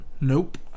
Nope